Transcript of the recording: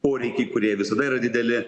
poreikiai kurie visada yra dideli